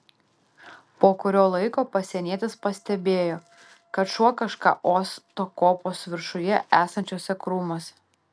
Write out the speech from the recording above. po kurio laiko pasienietis pastebėjo kad šuo kažką uosto kopos viršuje esančiuose krūmuose